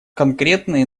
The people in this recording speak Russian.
конкретные